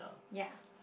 ya